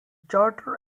charter